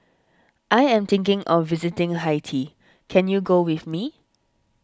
I am thinking of visiting Haiti can you go with me